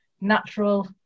natural